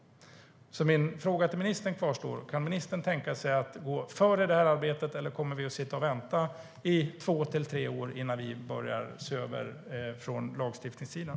Min fråga till ministern kvarstår. Kan ministern tänka sig att gå före i det här arbetet, eller kommer vi att sitta och vänta i två tre år innan vi börjar se över lagstiftningen?